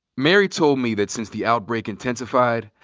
mary told me that since the outbreak intensified,